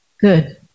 Good